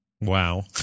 Wow